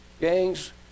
gangs